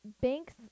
banks